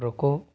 रुको